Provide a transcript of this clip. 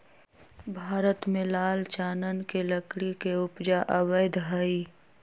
भारत में लाल चानन के लकड़ी के उपजा अवैध हइ